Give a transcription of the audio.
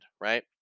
right